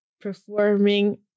performing